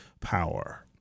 power